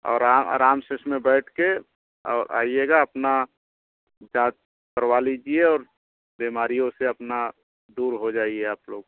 और आराम से उसमें बैठ के और आइएगा अपना करवा लीजिए और बीमारियों से अपना दूर हो जाइए आप लोग